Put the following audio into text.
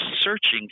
searching